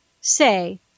say